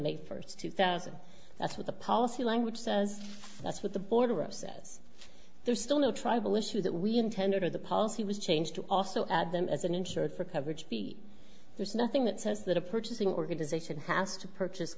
may first two thousand that's what the policy language says that's what the border a says there's still no tribal issue that we intended or the policy was changed to also add them as an insured for coverage be there's nothing that says that a purchasing organization has to purchase